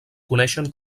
coneixen